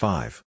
Five